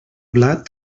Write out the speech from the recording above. blat